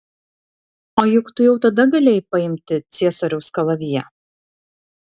o juk tu jau tada galėjai paimti ciesoriaus kalaviją